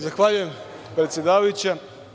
Zahvaljujem predsedavajuća.